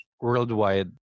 worldwide